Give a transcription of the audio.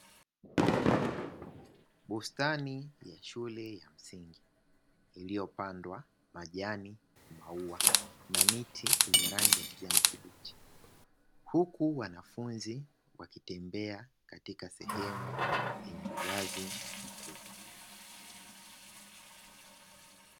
Bustani ya shule ya msingi iliyopandwa majani, maua na miti yenye rangi ya kijani kibichi, huku wanafunzi wakitembea katika sehemu yenye uwazi mkubwa.